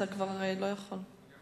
אתה כבר לא יכול.